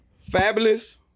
Fabulous